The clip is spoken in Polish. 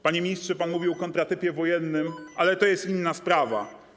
Panie ministrze, pan mówił o kontratypie wojennym, ale to jest inna sprawa.